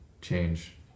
change